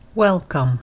Welcome